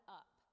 up